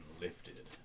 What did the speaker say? lifted